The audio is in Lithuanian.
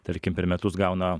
tarkim per metus gauna